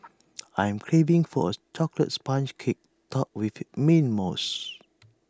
I am craving for A Chocolates Sponge Cake Topped with Mint Mousse